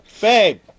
Babe